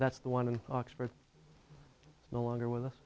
that's the one in oxford no longer with us